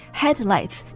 headlights